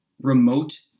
remote